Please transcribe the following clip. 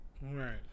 Right